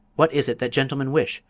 what is it that gentlemen wish?